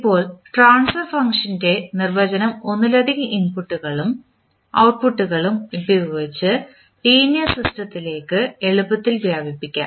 ഇപ്പോൾ ട്രാൻസ്ഫർ ഫംഗ്ഷൻറെ നിർവചനം ഒന്നിലധികം ഇൻപുട്ടുകളും ഔട്ട്പുട്ട്കളും ഉപയോഗിച്ച് ലീനിയർ സിസ്റ്റത്തിലേക്ക് എളുപ്പത്തിൽ വ്യാപിക്കാം